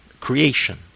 creation